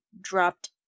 dropped